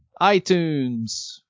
iTunes